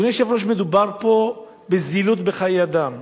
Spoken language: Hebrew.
אדוני היושב-ראש, מדובר פה בזילות חיי אדם,